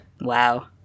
Wow